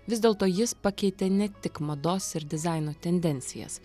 vis dėlto jis pakeitė ne tik mados ir dizaino tendencijas